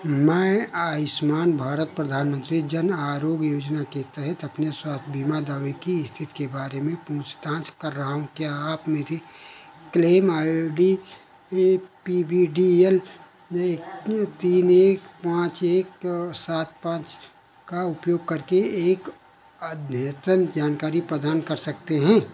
मैं आयुष्मान भारत प्रधानमंत्री जन आरोग्य योजना के तहत अपने स्वास्थ्य बीमा दावे की स्थिति के बारे में पूछताछ कर रहा हूँ क्या आप मेरे claim I D P B D L तीन एक पाँच एक सात पाँच का उपयोग करके एक अद्यतन जानकारी प्रदान कर सकते हैं